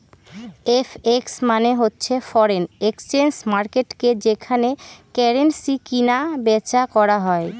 FX মানে হচ্ছে foreign exchange মার্কেটকে যেখানে কারেন্সি কিনা বেচা করা হয়